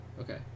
Okay